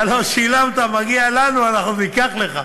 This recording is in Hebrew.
אתה לא שילמת, מגיע לנו, אנחנו ניקח לך.